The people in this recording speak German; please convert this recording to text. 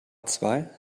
zwei